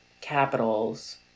Capitals